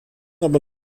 aber